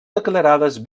declarades